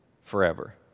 forever